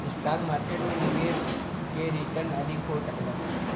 stock market में निवेश क रीटर्न अधिक हो सकला